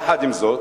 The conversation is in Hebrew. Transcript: יחד עם זאת,